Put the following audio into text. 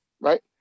right